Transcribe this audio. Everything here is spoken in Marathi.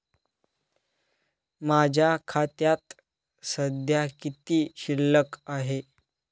माझ्या खात्यात सध्या किती शिल्लक आहे?